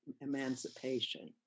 emancipation